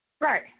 Right